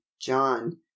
john